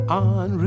on